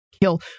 kill